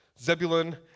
Zebulun